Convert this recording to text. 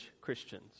Christians